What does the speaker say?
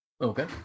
okay